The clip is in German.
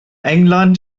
england